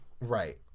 Right